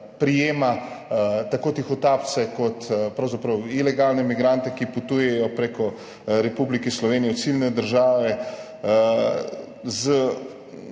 prejema tako tihotapce kot pravzaprav ilegalne migrante, ki potujejo preko Republike Slovenije v ciljne države.